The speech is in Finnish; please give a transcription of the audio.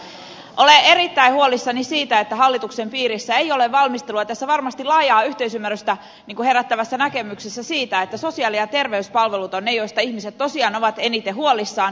olen erittäin huolissani siitä että hallituksen piirissä ei ole valmistelua tässä varmasti laajaa yhteisymmärrystä herättävässä näkemyksessä siitä että sosiaali ja terveyspalvelut ovat ne joista ihmiset tosiaan ovat eniten huolissaan